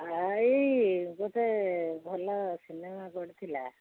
ଭାଇ ଗୋଟେ ଭଲ ସିନେମା ପଡ଼ି ଥିଲା